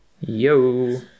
Yo